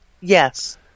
Yes